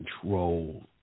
Control